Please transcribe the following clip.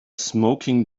smoking